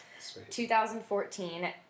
2014